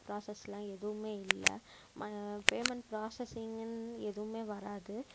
ப்ராஸஸ்லாம் எதுவுமே இல்லை பேமெண்ட் ப்ராஸசிங்னு எதுவும் வராது